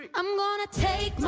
um i'm like gonna take